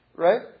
Right